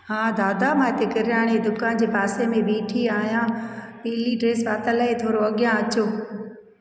हा दादा मां हिते किरयाणे जी दुकान जे पासे में बिठी आहियां पीली ड्रेस पातल आहे थोरो अॻियां अचो